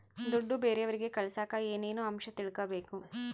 ದುಡ್ಡು ಬೇರೆಯವರಿಗೆ ಕಳಸಾಕ ಏನೇನು ಅಂಶ ತಿಳಕಬೇಕು?